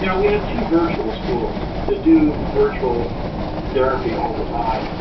you know we have two virtual schools that do virtual therapy all the time.